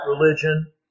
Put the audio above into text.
religion